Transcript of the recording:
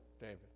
David